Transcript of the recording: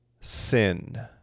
sin